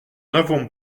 n’avons